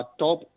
top